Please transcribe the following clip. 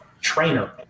trainer